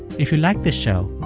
if you liked this show,